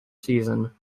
season